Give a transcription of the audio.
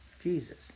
Jesus